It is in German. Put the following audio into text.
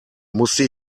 musste